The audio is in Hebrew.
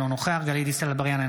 אינו נוכח גלית דיסטל אטבריאן,